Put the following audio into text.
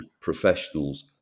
professionals